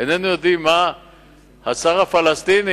איננו יודעים מה השר הפלסטיני,